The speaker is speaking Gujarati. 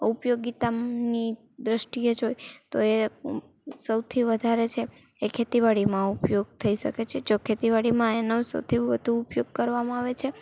ઉપયોગિતાની દ્રષ્ટિએ જ હોય તો એ સૌથી વધારે છે એ ખેતીવાડીમાં ઉપયોગ થઈ શકે છે જો ખેતીવાડીમાં એના સુધી વધુ ઉપયોગ કરવામાં આવે છે